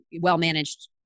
well-managed